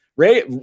Ray